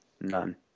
None